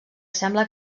sembla